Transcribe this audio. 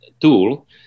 tool